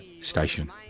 station